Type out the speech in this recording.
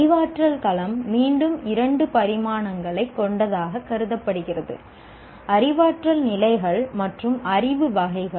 அறிவாற்றல் களம் மீண்டும் இரண்டு பரிமாணங்களைக் கொண்டதாகக் கருதப்படுகிறது அறிவாற்றல் நிலைகள் மற்றும் அறிவு வகைகள்